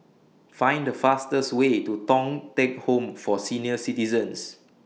Find The fastest Way to Thong Teck Home For Senior Citizens